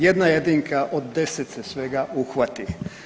Jedna jedinka od 10 se svega uhvati.